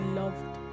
loved